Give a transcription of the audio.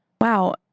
wow